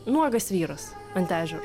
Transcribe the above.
nuogas vyras ant ežero